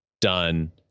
done